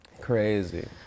Crazy